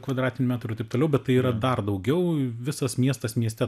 kvadratinių metrų ir taip toliau bet tai yra dar daugiau visas miestas mieste